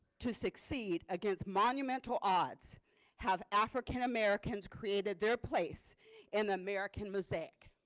to succeed against monumental odds have african-americans created their place in the american mosaic.